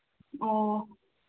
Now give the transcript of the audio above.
ꯑꯣ